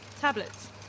tablets